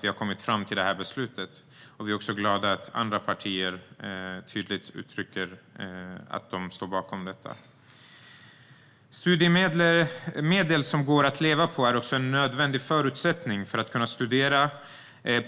Vi är glada över att andra partier tydligt uttrycker att de står bakom förslaget. Studiemedel som går att leva på är en nödvändig förutsättning för att man ska kunna studera